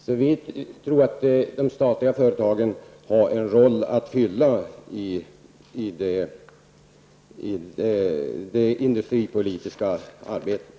Vi anser således att de statliga företagen spelar en roll i det industripolitiska arbetet.